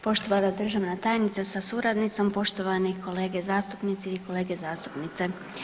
Poštovana državna tajnice sa suradnicom, poštovani kolege zastupnici i kolege zastupnice.